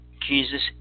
Jesus